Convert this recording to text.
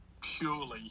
purely